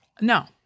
No